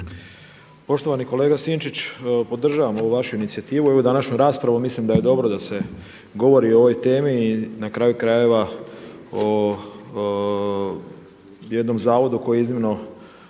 Poštovani kolega Sinčić, podržavam ovu vašu inicijativu i ovu današnju raspravu. Mislim da je dobro da se govori o ovoj temi i na kraju krajeva o jednom zavodu koji je iznimno